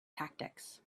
tactics